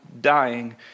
dying